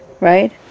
right